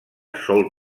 sol